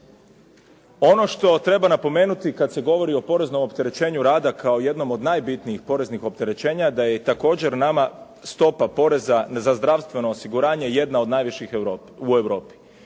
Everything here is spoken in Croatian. Ono što treba napomenuti kada se govori o poreznom opterećenju rada kao jednom od najbitnijih poreznih opterećenja da je također nama stopa poreza za zdravstveno osiguranje jedno od najviših u Europi.